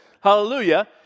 Hallelujah